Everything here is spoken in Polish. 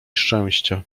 szczęścia